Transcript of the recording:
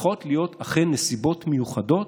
צריכות להיות אכן נסיבות מיוחדות,